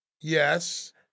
Yes